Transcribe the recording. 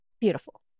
Beautiful